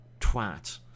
twat